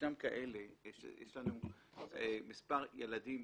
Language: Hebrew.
ישנם כאלה, יש לנו מספר ילדים